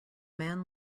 man